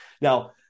Now